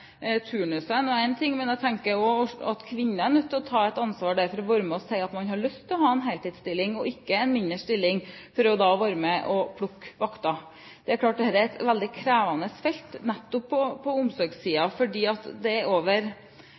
det er én ting, men jeg tenker også at kvinnene er nødt til å ta et ansvar for å være med og si at de har lyst til å ha en heltidsstilling og ikke en mindre stilling for da å være med og plukke vakter. Det er klart at dette er et veldig krevende felt nettopp på omsorgssiden, fordi det